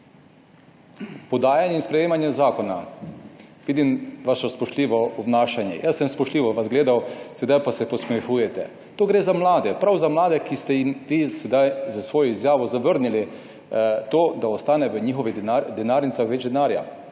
Podajanje in sprejemanje zakona. Vidim vašo spoštljivo obnašanje. Jaz sem vas spoštljivo gledal, sedaj se pa posmehujete. To gre za mlade, prav za mlade, ki ste jim vi sedaj s svojo izjavo zavrnili to, da ostane v njihovih denarnicah več denarja.